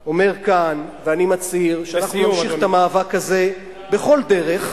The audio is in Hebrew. אני אומר כאן ואני מצהיר שאנחנו נמשיך את המאבק הזה בכל דרך,